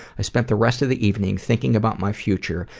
i spent the rest of the evening thinking about my future,